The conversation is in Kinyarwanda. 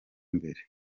imbere